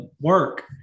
work